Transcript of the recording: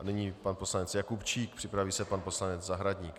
Nyní pan poslanec Jakubčík, připraví se pan poslanec Zahradník.